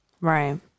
right